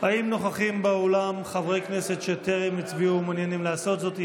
האם נוכחים באולם חברי כנסת שטרם הצביעו ומעוניינים לעשות זאת?